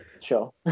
Sure